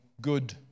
good